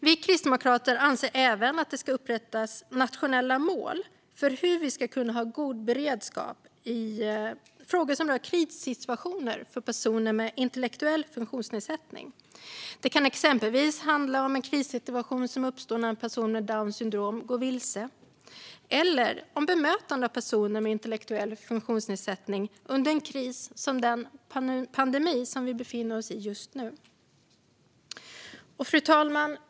Vi kristdemokrater anser även att det ska upprättas nationella mål för hur man ska kunna ha god beredskap i frågor som rör krissituationer för personer med intellektuell funktionsnedsättning. Det kan exempelvis handla om en krissituation som uppstår när en person med Downs syndrom går vilse eller om bemötande av personer med intellektuell funktionsnedsättning under en kris som den pandemi som vi befinner oss i just nu. Fru talman!